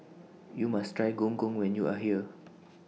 YOU must Try Gong Gong when YOU Are here